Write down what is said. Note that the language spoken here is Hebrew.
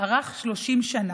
שארך 30 שנה,